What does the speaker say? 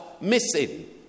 missing